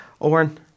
Owen